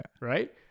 right